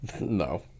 No